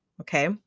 Okay